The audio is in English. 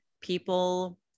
people